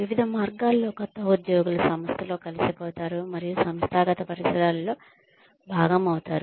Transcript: వివిధ మార్గాల్లో కొత్త ఉద్యోగులు సంస్థలో కలిసిపోతారు మరియు సంస్థాగత పరిసరాలలో భాగం అయ్యారు